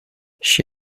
she